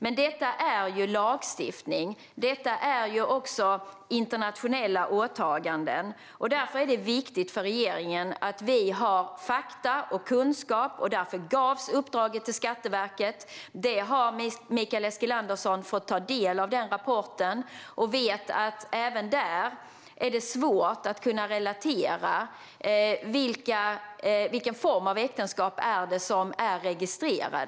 Men detta är ju lagstiftning. Detta är också internationella åtaganden. Därför är det viktigt för oss i regeringen att vi har fakta och kunskap. Och därför gavs uppdraget till Skatteverket. Mikael Eskilandersson har fått ta del av den rapporten och vet att det även där är svårt att kunna relatera. Vilken form av äktenskap är det som är registrerad?